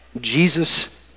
Jesus